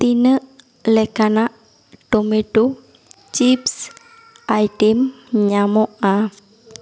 ᱛᱤᱱᱟᱹᱜ ᱞᱮᱠᱟᱱᱟᱜ tomato chips item ᱧᱟᱢᱚᱜᱼᱟ